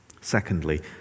Secondly